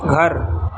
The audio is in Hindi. घर